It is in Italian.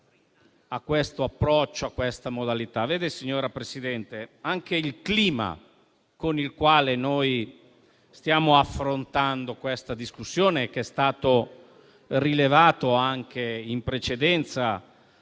a questo approccio e a questa modalità. Mi riferisco anche al clima con il quale stiamo affrontando questa discussione, com'è stato rilevato anche in precedenza